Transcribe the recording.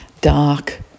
dark